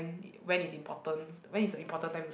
when is important when is the important times